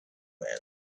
man